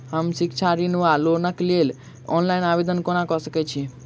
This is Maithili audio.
हम शिक्षा ऋण वा लोनक लेल ऑनलाइन आवेदन कोना कऽ सकैत छी?